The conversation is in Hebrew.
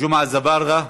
ג'מעה אזברגה,